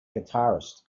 guitarist